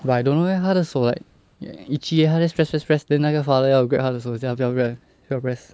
but I don't know leh 她的手 like itchy eh 她 just press press press then 那个 father 要 grab 她的手叫他不要不要 press